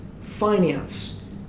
finance